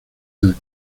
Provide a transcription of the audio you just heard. del